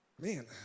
man